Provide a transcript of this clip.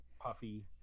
puffy